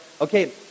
okay